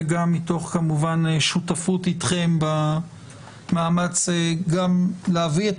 גם כמובן מתוך שותפות אתכם במאמץ להביא את